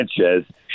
Sanchez